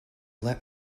let